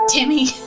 Timmy